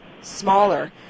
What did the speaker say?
smaller